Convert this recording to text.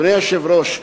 אדוני היושב-ראש,